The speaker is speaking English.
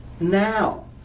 now